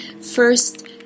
First